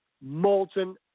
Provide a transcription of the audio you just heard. molten